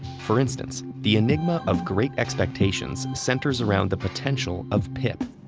for instance, the enigma of great expectations centers around the potential of pip,